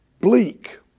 bleak